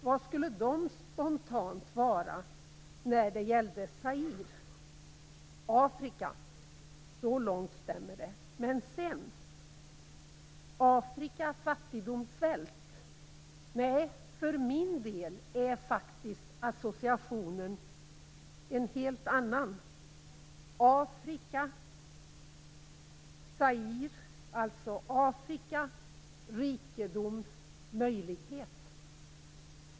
Vilka skulle de spontant vara när det gällde Zaire? Afrika - så långt stämmer det, men sedan? Afrika-fattigdom-svält? Nej, för min del är faktiskt associationerna helt andra för Zaire: Afrika-rikedommöjlighet.